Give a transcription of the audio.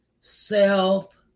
self